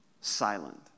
silent